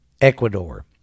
Ecuador